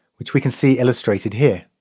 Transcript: which we can see illustrated here.